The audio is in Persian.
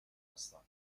هستن